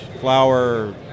flour